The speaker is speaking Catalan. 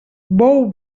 bou